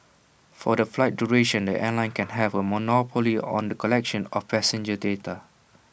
for the flight duration the airline can have A monopoly on the collection of passenger data